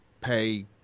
pay